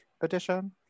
edition